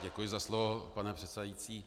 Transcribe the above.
Děkuji za slovo, pane předsedající.